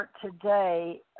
today